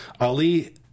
Ali